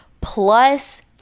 plus